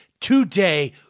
today